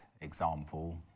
example